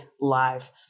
live